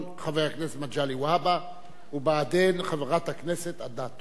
חבר הכנסת מגלי והבה, ובעדין, חברת הכנסת אדטו.